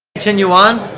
continue on.